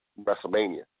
WrestleMania